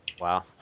Wow